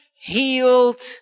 healed